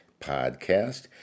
podcast